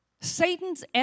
Satan's